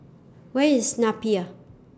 Where IS Napier